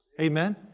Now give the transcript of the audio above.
amen